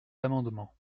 amendement